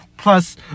Plus